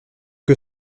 que